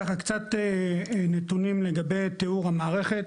ככה קצת נתונים לגבי תיאור המערכת,